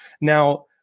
Now